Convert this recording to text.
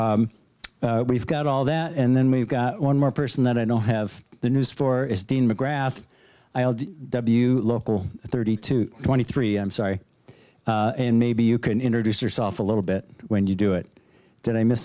we've got all that and then we've got one more person that i don't have the news for is dean mcgrath you local thirty two twenty three i'm sorry and maybe you can introduce yourself a little bit when you do it did i miss